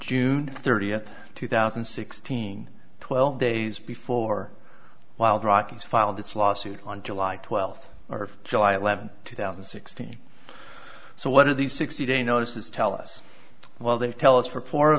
june thirtieth two thousand and sixteen twelve days before wild rockies filed this lawsuit on july twelfth or july eleventh two thousand and sixteen so what are these sixty day notices tell us well they tell us for fo